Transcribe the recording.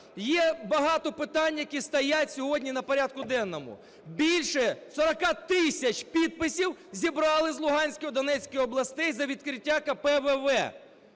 є багато питань, які стоять сьогодні на порядку денному. Більше 40 тисяч підписів зібрали з Луганської і Донецької областей за відкриття КПВВ.